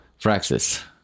Fraxis